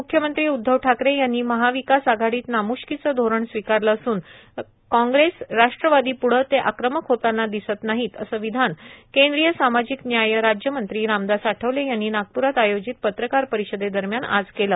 मुख्यमंत्री उद्धव ठाकरे यांनी महाविकास आघाडीत नाम्ष्कीचे धोरण स्वीकारले असून काँग्रेस राष्ट्रवादीप्ढे ते आक्रमक होतांना दिसत नाहीत असे विधान केंद्रीय सामाजिक न्याय राज्यमंत्री रामदास आठवले यांनी नागप्रात आयोजित पत्रकार परिषदेदरम्यान आज केल